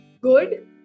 good